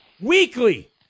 Weekly